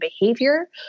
behavior